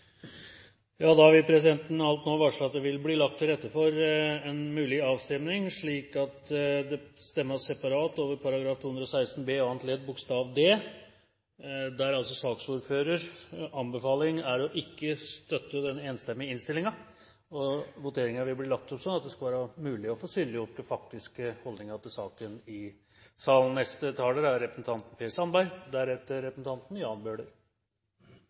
vil alt nå varsle at det vil bli lagt til rette for at det stemmes separat over § 216 b annet ledd bokstav d. Saksordførerens anbefaling er altså ikke å støtte den enstemmige innstillingen. Voteringen vil bli lagt opp slik at det skal være mulig å få synliggjort de faktiske holdningene til saken i salen.